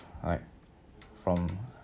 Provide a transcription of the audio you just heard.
alright from